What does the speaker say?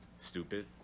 Stupid